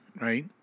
right